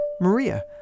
Maria